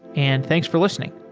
and thanks for listening.